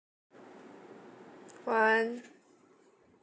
one